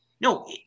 No